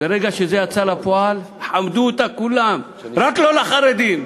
ברגע שזה יצא לפועל חמדו אותה כולם: רק לא לחרדים,